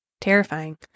terrifying